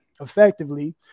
effectively